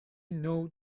know